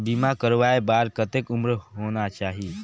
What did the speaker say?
बीमा करवाय बार कतेक उम्र होना चाही?